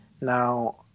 Now